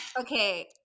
Okay